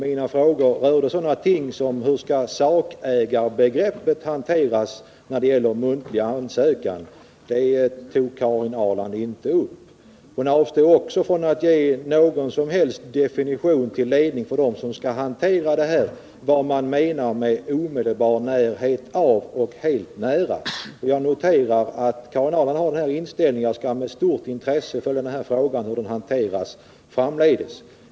Mina frågor rörde sådana ting som hur sakägarbegreppet skall hanteras när det gäller muntlig ansökan. Det tog Karin Ahrland inte upp. Karin Ahrland avstod också från att ge någon som helst definition till ledning för den som skall hantera detta — vad man menar med ”i omedelbar närhet av” och ”helt nära”. Jag skall med stort intresse följa hur alla de här frågorna hanteras framdeles.